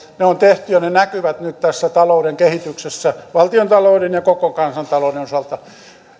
ne on tehty ja ne näkyvät nyt tässä talouden kehityksessä valtiontalouden ja koko kansantalouden osalta